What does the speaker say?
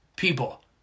People